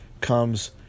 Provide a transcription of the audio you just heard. comes